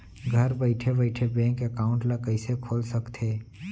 घर बइठे बइठे बैंक एकाउंट ल कइसे खोल सकथे?